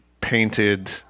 painted